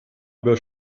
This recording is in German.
über